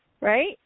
right